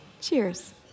cheers